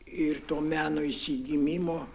ir to meno išsigimimo